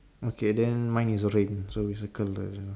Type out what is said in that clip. okay then mine is also in so we circle the